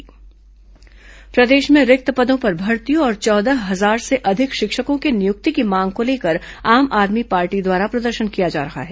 आप प्रदर्शन प्रदेश में रिक्त पदों पर भर्ती और चौदह हजार से अधिक शिक्षकों की नियुक्ति की मांग को लेकर आम आदमी पार्टी द्वारा प्रदर्शन किया जा रहा है